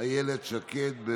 אילת שקד.